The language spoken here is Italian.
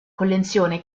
collezione